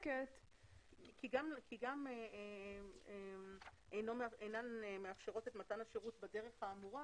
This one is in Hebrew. גם "אינן מאפשרות את מתן השירות בדרך האמורה",